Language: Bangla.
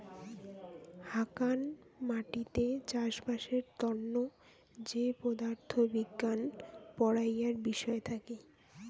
হাকান মাটিতে চাষবাসের তন্ন যে পদার্থ বিজ্ঞান পড়াইয়ার বিষয় থাকি